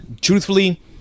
truthfully